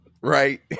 right